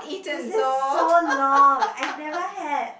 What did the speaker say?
this is so long I've never had